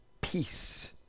peace